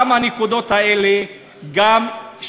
גם את הנקודות האלה הוא יפסיד,